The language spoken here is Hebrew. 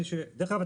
ודרך אגב,